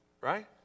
right